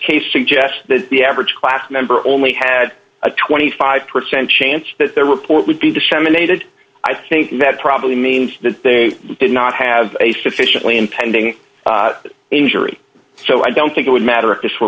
suggests that the average class member only had a twenty five percent chance that their report would be disseminated i think that probably means that they did not have a sufficiently impending injury so i don't think it would matter if this were